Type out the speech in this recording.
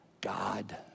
God